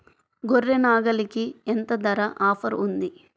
గొర్రె, నాగలికి ఎంత ధర ఆఫర్ ఉంది?